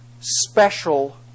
special